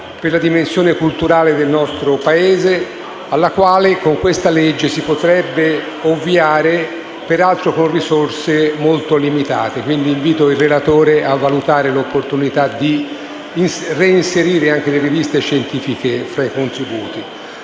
per la dimensione culturale del nostro Paese, alla quale con questa legge si potrebbe ovviare, peraltro con risorse molto limitate. Pertanto, invito il relatore a valutare l'opportunità di reinserire anche le riviste scientifiche fra i soggetti